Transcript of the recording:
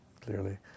clearly